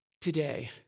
today